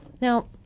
now